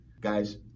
Guys